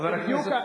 אדוני,